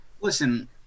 Listen